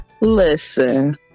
Listen